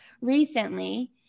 recently